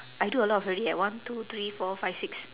I do a lot already eh one two three four five six